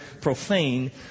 profane